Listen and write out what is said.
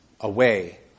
away